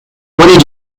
what